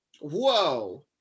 Whoa